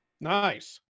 Nice